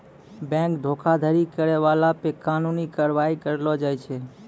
bank धोखाधड़ी करै बाला पे कानूनी कारबाइ करलो जाय छै